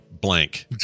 blank